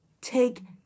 take